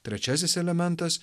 trečiasis elementas